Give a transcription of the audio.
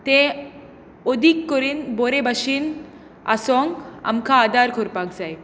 तें अदीक करून बरे भाशेन आसूंक आमकां आदार करपाक जाय